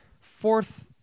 Fourth